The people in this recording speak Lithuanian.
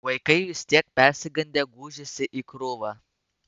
vaikai vis tiek persigandę gūžėsi į krūvą